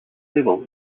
level